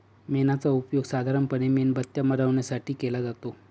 मेणाचा उपयोग साधारणपणे मेणबत्त्या बनवण्यासाठी केला जातो